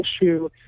issue